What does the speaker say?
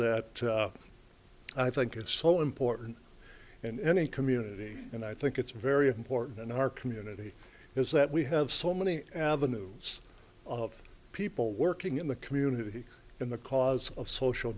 that i think it's so important in any community and i think it's very important in our community is that we have so many avenues it's of people working in the community in the cause of social